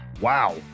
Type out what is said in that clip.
Wow